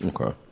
Okay